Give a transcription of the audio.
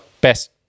best